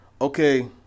okay